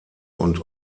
und